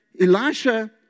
Elisha